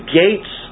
gates